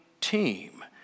team